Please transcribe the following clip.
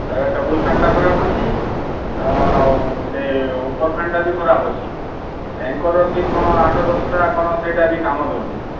ସିୟାଡ଼େ ଟେବୁଲ୍ ଫ୍ୟାନ୍ଟା ଖରାପ ଅଛି ତା ସେ ଉପର ଫ୍ୟାନ୍ଟା ବି ଖରାପ ଅଛି ଏଙ୍କର୍ ସୁଇଚ୍ କ'ଣ ଆଠ ଦଶଟା କ'ଣ ସେଇଟା ବି କାମ ଦଉନି